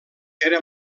era